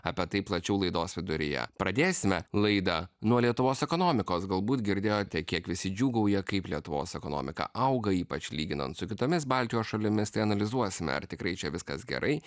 apie tai plačiau laidos viduryje pradėsime laidą nuo lietuvos ekonomikos galbūt girdėjote kiek visi džiūgauja kaip lietuvos ekonomika auga ypač lyginant su kitomis baltijos šalimis tai analizuosime ar tikrai čia viskas gerai